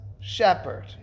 Shepherd